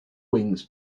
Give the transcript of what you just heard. wings